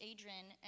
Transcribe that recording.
Adrian